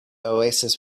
oasis